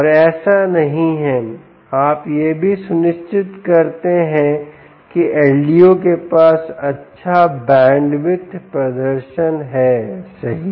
और ऐसा नहीं है आप यह भी सुनिश्चित करते हैं कि LDO के पास अच्छा बैंडविड्थ प्रदर्शन है सही